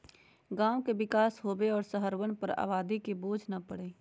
गांव के विकास होवे और शहरवन पर आबादी के बोझ न पड़ई